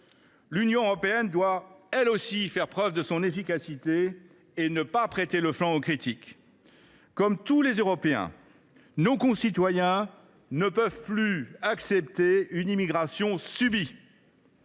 L’Union européenne doit faire la preuve de son efficacité et ne pas prêter le flanc aux critiques. Comme tous les Européens, nos concitoyens ne peuvent plus accepter une immigration subie